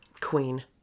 queen